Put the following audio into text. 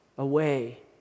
away